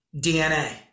DNA